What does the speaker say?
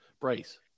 Bryce